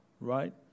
right